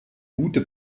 gute